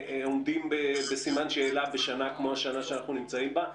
עומדים בסימן שאלה בשנה שאנו נמצאים בה,